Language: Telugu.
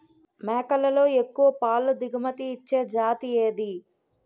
మేకలలో ఎక్కువ పాల దిగుమతి ఇచ్చే జతి ఏది?